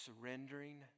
surrendering